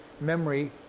memory